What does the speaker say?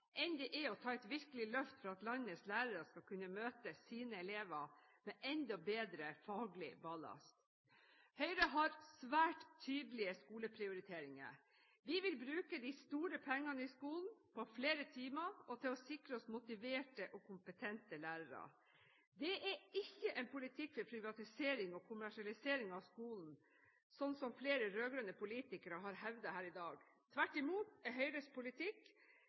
enn det er å ta et virkelig løft for at landets lærere skal kunne møte sine elever med enda bedre faglig ballast. Høyre har svært tydelige skoleprioriteringer. Vi vil bruke de store pengene i skolen på flere timer og til å sikre oss motiverte og kompetente lærere. Det er ikke en politikk for privatisering og kommersialisering av skolen, slik flere rød-grønne politikere har hevdet her i dag. Tvert imot er Høyres politikk